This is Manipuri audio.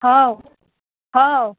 ꯍꯥꯎ ꯍꯥꯎ